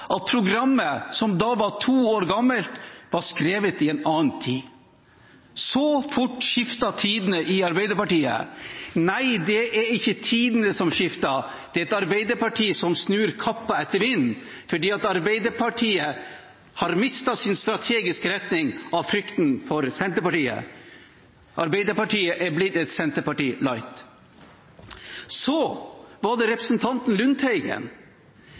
at programmet, som da var to år gammelt, var skrevet i en annen tid. Så fort skifter tidene i Arbeiderpartiet. Nei, det er ikke tidene som skifter, det er et arbeiderparti som snur kappen etter vinden, fordi Arbeiderpartiet har mistet sin strategiske retning, av frykt for Senterpartiet. Arbeiderpartiet er blitt et senterparti «light». Så til representanten Lundteigen.